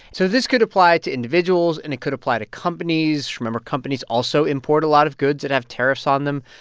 so this could apply to individuals, and it could apply to companies. remember, companies also import a lot of goods that have tariffs on them.